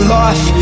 life